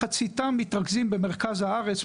מחציתם מתרכזים במרכז הארץ,